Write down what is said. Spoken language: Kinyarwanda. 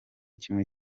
kimwe